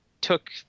took